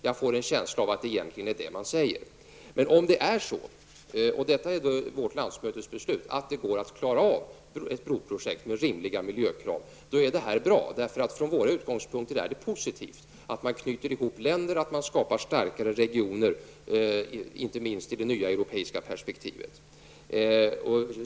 Jag får en känsla av att det egentligen är det man säger. Men om det är så -- och detta är vårt landsmötesbeslut -- att det går att klara av ett broprojekt med rimliga miljökrav, då är det bra. Från våra utgångspunkter är det positivt att man kan knyta ihop länder och skapa starkare regioner, inte minst i det nya europeiska perspektivet.